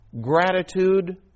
gratitude